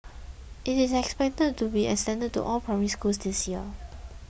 it is expected to be extended to all Primary Schools this year